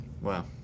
Wow